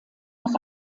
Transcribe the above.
nach